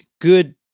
good